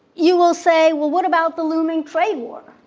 you will say, well, what about the looming trade war?